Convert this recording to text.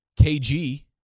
KG